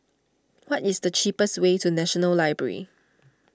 what is the cheapest way to National Library